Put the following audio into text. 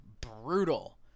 brutal